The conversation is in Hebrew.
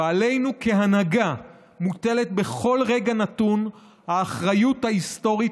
ועלינו כהנהגה מוטלת בכל רגע נתון האחריות ההיסטורית